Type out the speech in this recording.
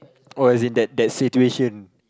or as in that that situation